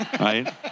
right